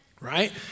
right